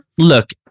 Look